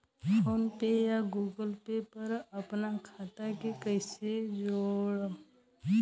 PhonePe या Google Pay पर अपना खाता के कईसे जोड़म?